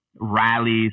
rallies